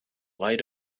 light